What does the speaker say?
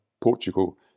Portugal